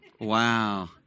Wow